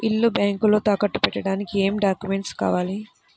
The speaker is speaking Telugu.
ఇల్లు బ్యాంకులో తాకట్టు పెట్టడానికి ఏమి డాక్యూమెంట్స్ కావాలి?